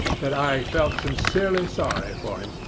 that i felt sincerely sorry for him,